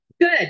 Good